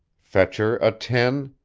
fetcher a ten,